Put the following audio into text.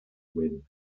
wyn